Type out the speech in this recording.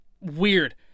weird